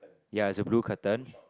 ya is a blue curtain